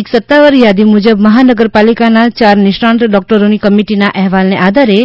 એક સત્તાવાર યાદી મુજબ મહાનગર પાલિકાના ચાર નિષ્ણાંત ડોક્ટરોની કમિટીના અહેવાલને આધારે